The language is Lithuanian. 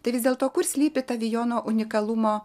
tai vis dėlto kur slypi ta vijono unikalumo